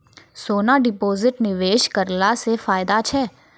सोना deposit निवेश करला से फैदा छै?